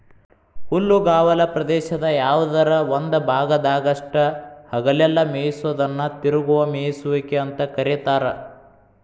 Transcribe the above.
ಹುಲ್ಲುಗಾವಲ ಪ್ರದೇಶದ ಯಾವದರ ಒಂದ ಭಾಗದಾಗಷ್ಟ ಹಗಲೆಲ್ಲ ಮೇಯಿಸೋದನ್ನ ತಿರುಗುವ ಮೇಯಿಸುವಿಕೆ ಅಂತ ಕರೇತಾರ